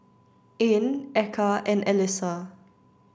Ain Eka and Alyssa